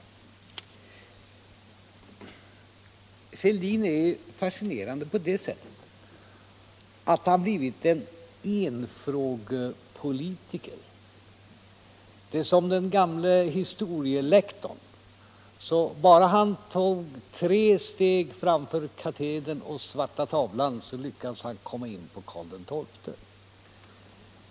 Herr Fälldin är fascinerande på det sättet att han har blivit en enfrågepolitiker. Det är som den gamle historielektorn: Bara han tog tre steg framför katedern och svarta tavlan lyckades han komma in på Karl XII.